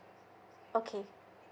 okay